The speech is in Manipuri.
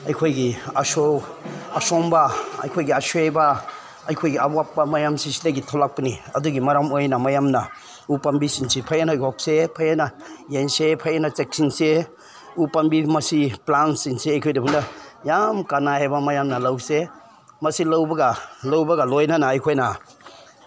ꯑꯩꯈꯣꯏꯒꯤ ꯑꯁꯣꯡ ꯑꯁꯣꯡꯕ ꯑꯩꯈꯣꯏꯒꯤ ꯑꯁꯣꯏꯕ ꯑꯩꯈꯣꯏꯒꯤ ꯑꯋꯥꯠꯄ ꯃꯌꯥꯝꯁꯤ ꯁꯤꯗꯒꯤ ꯊꯣꯛꯂꯛꯄꯅꯤ ꯑꯗꯨꯒꯤ ꯃꯔꯝ ꯑꯣꯏꯅ ꯃꯌꯥꯝꯅ ꯎ ꯄꯥꯝꯕꯤꯁꯤꯡꯁꯤ ꯐꯖꯅ ꯌꯣꯛꯁꯦ ꯐꯖꯅ ꯌꯦꯡꯁꯦ ꯐꯖꯅ ꯆꯦꯛꯁꯤꯟꯁꯦ ꯎ ꯄꯥꯝꯕꯤ ꯃꯁꯤ ꯄ꯭ꯂꯥꯟꯁꯤꯡꯁꯤ ꯑꯩꯈꯣꯏꯗꯧꯅ ꯌꯥꯝ ꯀꯥꯅꯩ ꯍꯥꯏꯕ ꯃꯌꯥꯝꯅ ꯂꯧꯁꯦ ꯃꯁꯤ ꯂꯧꯕꯒ ꯂꯧꯕꯒ ꯂꯣꯏꯅꯅ ꯑꯩꯈꯣꯏꯅ